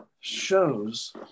shows